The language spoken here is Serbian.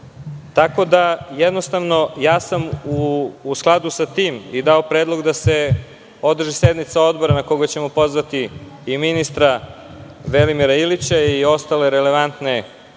Jednostavno, u skladu sa tim sam i dao predlog da se održi sednica odbora na koju ćemo pozvati i ministra Velimira Ilića i ostale relevantne ljude